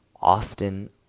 Often